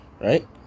right